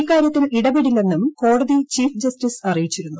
ഇക്കാര്യത്തിൽ ഇടപെടില്ലെന്നും കോടതി ചീഫ് ജസ്റ്റീസ് അറിയിച്ചിരുന്നു